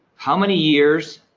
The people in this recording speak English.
how many years,